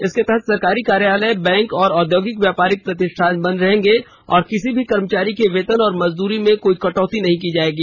इसके तहत सरकारी कार्यालय बैंक और औद्योगिक व्यापारिक प्रतिष्ठान बंद रहेंगे और किसी भी कर्मचारी की मजदूरी में कोई कटौती नहीं की जाएगी